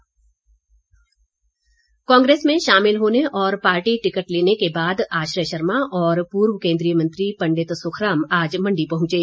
आश्रय शर्मा कांग्रेस में शामिल होने और पार्टी टिकट लेने के बाद आश्रय शर्मा और पूर्व केन्द्रीय मंत्री पंडित सुखराम आज मंडी पहुंचे